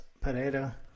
Pereira